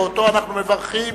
ואותו אנו מברכים: